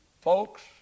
Folks